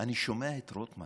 אני שומע את רוטמן